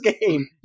game